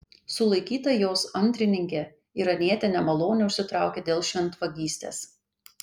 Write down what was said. sulaikyta jos antrininkė iranietė nemalonę užsitraukė dėl šventvagystės